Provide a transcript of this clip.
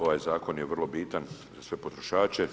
Ovaj Zakon je vrlo bitan za sve potrošače.